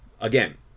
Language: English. again